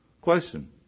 question